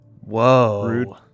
Whoa